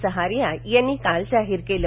सहारिया यांना काल जाहव केलं